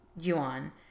Yuan